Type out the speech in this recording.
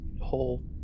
whole